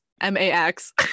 M-A-X